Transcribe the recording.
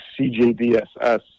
CJDSS